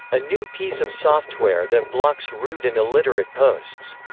a new piece of software that blocks rude and illiterate posts.